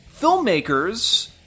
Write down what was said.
filmmakers